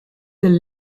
del